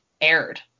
aired